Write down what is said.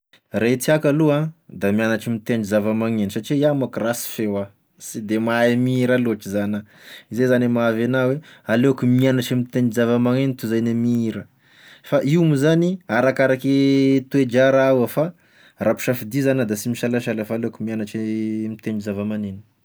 Re tiàko aloha da miagnatry mitendry zavamagneno, satria iaho mansy rasy feo sy de mahay mihira loatry zany a zay zany e mahaavy anah hoe aleoko miagnatry mitendry zavamagneno toy izay gne mihira fa io moa zany arakaraky toe-draharaha avao, fa raha ampisafidia zany ah da sy misalasala a fa aleoko miagnatry mitendry zavamagneno.